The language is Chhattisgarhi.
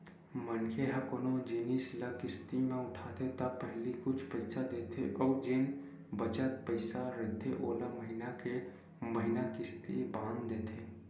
मनखे ह कोनो जिनिस ल किस्ती म उठाथे त पहिली कुछ पइसा देथे अउ जेन बचत पइसा रहिथे ओला महिना के महिना किस्ती बांध देथे